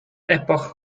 epoch